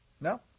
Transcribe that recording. No